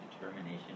determination